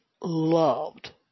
loved